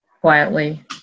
quietly